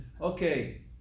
Okay